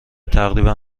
تقریبا